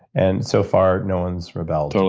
and so far no one's rebelled. so